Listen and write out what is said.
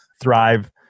thrive